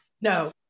No